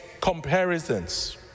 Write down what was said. comparisons